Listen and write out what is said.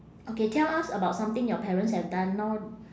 okay tell us about something your parents have done now